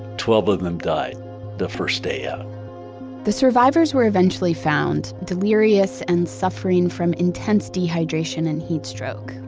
twelve of them died the first day out the survivors were eventually found delirious and suffering from intense dehydration and heatstroke.